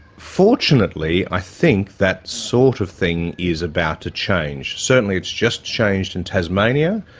fortunately i think that sort of thing is about to change. certainly it's just changed in tasmania.